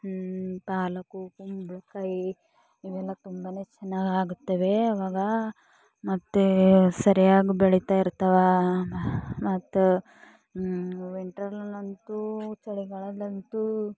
ಪಾಲಕ್ ಕುಂಬಳಕಾಯಿ ಇವೆಲ್ಲ ತುಂಬನೇ ಚೆನ್ನಾಗಾಗುತ್ತವೆ ಆವಾಗ ಮತ್ತೆ ಸರಿಯಾಗಿ ಬೆಳೀತಾ ಇರ್ತವೆ ಮತ್ತು ವಿಂಟ್ರ್ನಲ್ಲಂತೂ ಚಳಿಗಾಲ್ದಲ್ಲಂತೂ